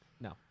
No